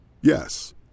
Yes